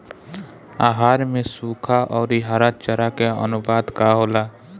आहार में सुखा औरी हरा चारा के आनुपात का होला?